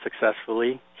successfully